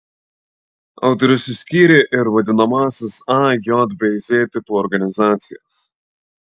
autorius išskyrė ir vadinamąsias a j bei z tipo organizacijas